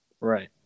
Right